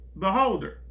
beholder